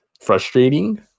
frustrating